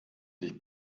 sich